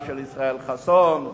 של ישראל חסון,